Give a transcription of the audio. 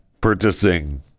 purchasing